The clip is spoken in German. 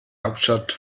hauptstadt